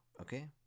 okay